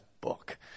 book